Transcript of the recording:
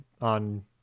on